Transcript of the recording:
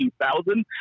2000